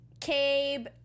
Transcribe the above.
Cabe